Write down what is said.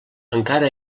encara